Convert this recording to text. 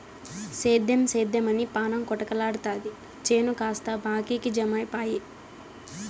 సేద్దెం సేద్దెమని పాణం కొటకలాడతాది చేను కాస్త బాకీకి జమైపాయె